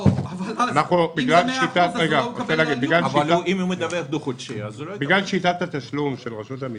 אם זה 100% אז הוא לא מקבל על --- בגלל שיטת התשלום של רשות המסים,